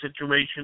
situation